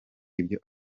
ibyo